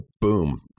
boom